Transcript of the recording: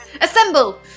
Assemble